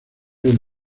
del